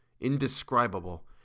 indescribable